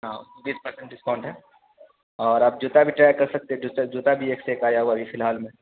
ہاں بیس percent discount ہے اور آپ جوتا بھی ٹرائی کر سکتے ہیں جوتا جوتا بھی ایک سے ایک آیا ہوا ہے ابھی فی الحال میں